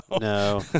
No